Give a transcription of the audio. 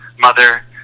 Mother